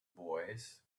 boys